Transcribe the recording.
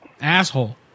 Asshole